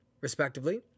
respectively